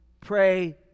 pray